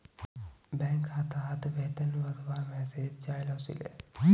bank खातात वेतन वस्वार मैसेज चाइल ओसीले